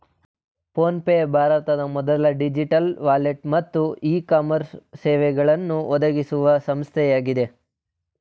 phone pay ಭಾರತದ ಮೊದಲ digital wallet ಮತ್ತು ಇ ಕಾಮರ್ಸ್ ಸೇವೆಗಳನ್ನು ಒದಗಿಸುವ ಸಂಸ್ಥೆಯಾಗಿದೆ